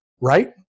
right